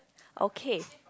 okay